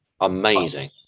amazing